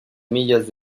millas